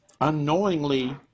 unknowingly